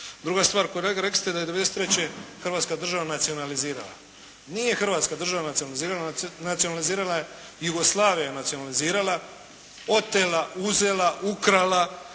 Druga stvar, kolega rekli ste da je '93. Hrvatska država nacionalizirala. Nije Hrvatska država nacionalizirala, nacionalizirala je, Jugoslavija je nacionalizirala, otela, uzela, ukrala